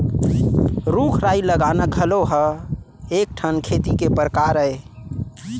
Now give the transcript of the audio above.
रूख राई लगाना घलौ ह एक ठन खेती के परकार अय